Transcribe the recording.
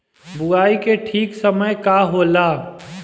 बुआई के ठीक समय का होला?